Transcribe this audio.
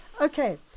Okay